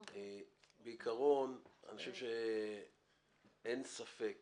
בעקרון, אני חושב שאין ספק